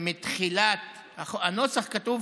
בנוסח כתוב: